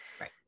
right